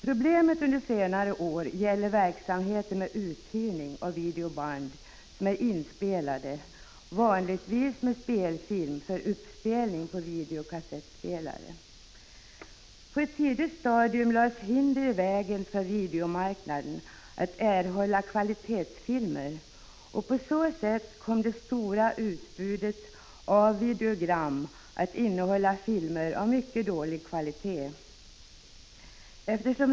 Problemet under senare år gäller verksamheten med uthyrning av videoband som är inspelade, vanligtvis med spelfilm för uppspelning på videokassettspelare. På ett tidigt stadium lades hinder i vägen för videomarknaden när det gäller att erhålla kvalitetsfilmer, och på så sätt kom det stora utbudet av videogram att utgöras av filmer av mycket dålig kvalitet. Prot.